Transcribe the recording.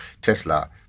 Tesla